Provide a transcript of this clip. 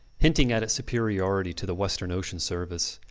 hinting at its superiority to the western ocean service.